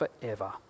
forever